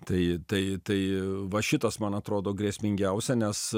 tai tai tai va šitas man atrodo grėsmingiausia nes